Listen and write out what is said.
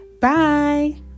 bye